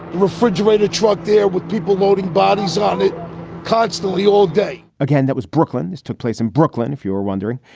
refrigerated truck there with people loading bodies on it constantly all day again, that was brooklyn's took place in brooklyn. if you're wondering,